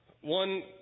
one